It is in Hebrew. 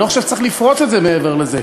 אני לא חושב שצריך לפרוץ את זה מעבר לזה,